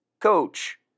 Coach